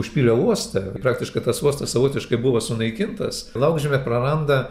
užpylė uostą praktiškai tas uostas savotiškai buvo sunaikintas laukžemė praranda